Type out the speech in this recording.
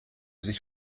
sich